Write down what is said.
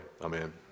amen